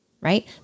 Right